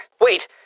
wait